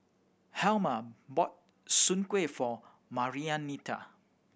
Helmer bought Soon Kueh for Marianita